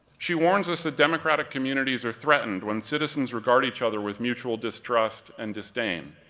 she warns us that democratic communities are threatened when citizens regard each other with mutual distrust and disdain.